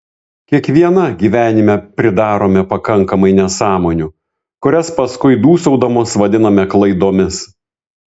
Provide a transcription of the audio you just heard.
kiekviena gyvenime pridarome pakankamai nesąmonių kurias paskui dūsaudamos vadiname klaidomis